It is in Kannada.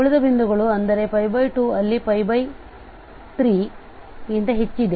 ಉಳಿದ ಬಿಂದುಗಳು ಅಂದರೆ 2 ಅಲ್ಲಿ 3 ಕ್ಕಿಂತ ಹೆಚ್ಚಿದೆ